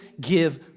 give